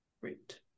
Great